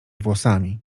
włosami